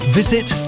visit